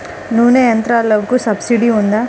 నూనె యంత్రాలకు సబ్సిడీ ఉందా?